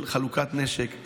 של חלוקת נשק,